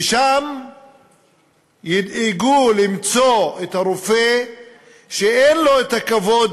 ששם ידעו למצוא את הרופא שאין לו הכבוד